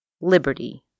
liberty